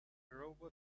robot